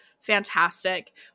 fantastic